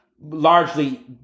largely